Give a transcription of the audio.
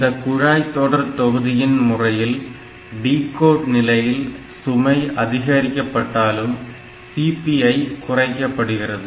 இந்த குழாய்தொடர்தொகுதியின் முறையில் டிகோட் நிலையில் சுமை அதிகரிக்கப்பட்டாலும் CPI குறைக்கப்படுகிறது